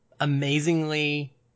amazingly